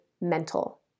mental